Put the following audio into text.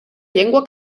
llengua